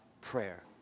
prayer